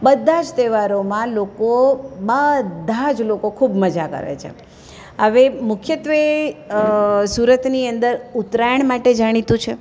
બધાજ તહેવારોમાં લોકો બધા જ લોકો ખૂબ મજા કરે છે હવે મુખ્યત્ત્વે સુરતની અંદર ઉત્તરાયણ માટે જાણીતું છે